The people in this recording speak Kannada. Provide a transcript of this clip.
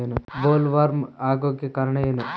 ಬೊಲ್ವರ್ಮ್ ಆಗೋಕೆ ಕಾರಣ ಏನು?